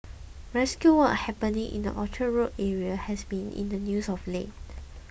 rescue work happening in the Orchard Road area has been in the news of late